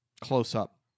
close-up